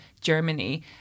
Germany